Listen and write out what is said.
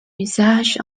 usage